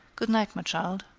good night, my child.